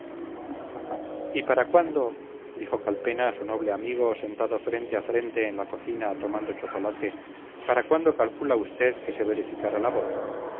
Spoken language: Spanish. y para cuándo dijo calpena a su noble amigo sentado frente a frente en la cocina tomando chocolate para cuándo calcula usted que se verificará la boda